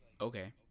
okay